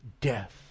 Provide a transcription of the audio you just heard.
death